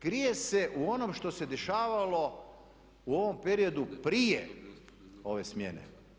Krije se u onom što se dešavalo u ovom periodu prije ove smjene.